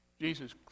Jesus